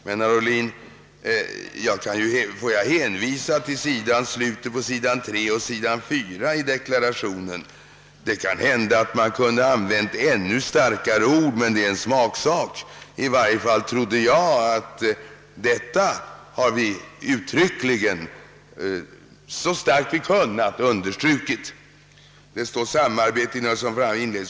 Får jag hänvisa till vad som sägs i deklarationen i samband med att vi konstaterar att samarbetet inom EFTA har lett till en utomordentligt kraftig ökning av den nordiska handeln. Det är möjligt att man hade kunnat använda ännu starkare ord, men det är ju en smaksak. I varje fall hade jag den uppfattningen, att vi understrukit detta så kraftigt vi kunnat.